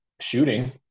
shooting